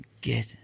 get